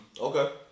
Okay